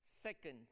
Second